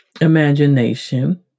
imagination